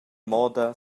moda